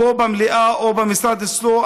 פה במליאה או במשרד אצלו,